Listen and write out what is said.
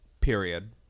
period